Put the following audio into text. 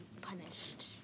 punished